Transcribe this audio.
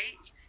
right